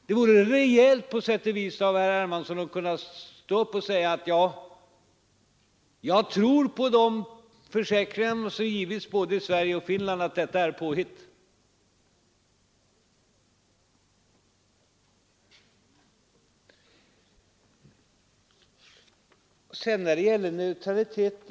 Det vore väl på sätt och vis rejält av herr Hermansson att stå upp och säga: Ja, jag tror på de försäkringar som givits i både Sverige och Finland om att detta är påhitt. Så några ord om Finland och vår neutralitet.